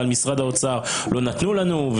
אבל משרד האוצר לא נתנו לנו,